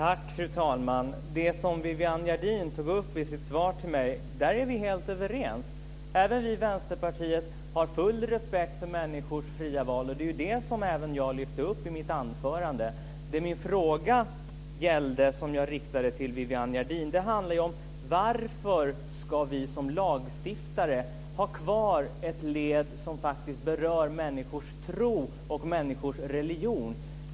Fru talman! Det som Viviann Gerdin tog upp i sitt svar för mig är vi helt överens om. Även vi i Vänsterpartiet har full respekt för människors fria val. Det är det som även jag lyfte upp i mitt anförande. Det min fråga gällde som jag riktade till Viviann Gerdin handlar om varför vi som lagstiftare ska ha kvar ett led som faktiskt berör människors tro och religion.